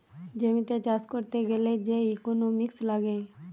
জমিতে চাষ করতে গ্যালে যে ইকোনোমিক্স লাগে